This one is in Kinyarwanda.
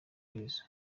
iherezo